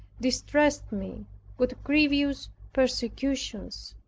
distressed me with grievous persecutions.